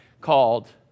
called